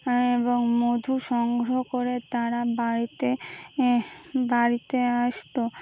এবং মধু সংগ্রহ করে তারা বাড়িতে বাড়িতে আসতো